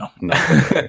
no